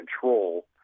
control